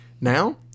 Now